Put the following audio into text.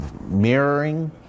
mirroring